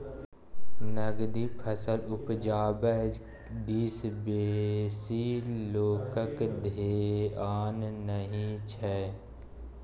नकदी फसल उपजाबै दिस बेसी लोकक धेआन नहि छै